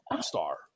star